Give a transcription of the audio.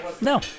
No